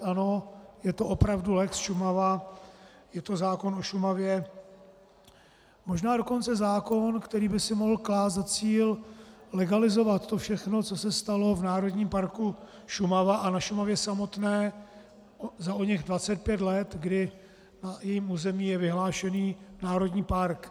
Ano, je to opravdu lex Šumava, je to zákon o Šumavě, možná dokonce zákon, který by si mohl klást za cíl legalizovat to všechno, co se stalo v Národním parku Šumava a na Šumavě samotné za oněch 25 let, kdy na jejím území je vyhlášený národní park.